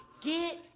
Get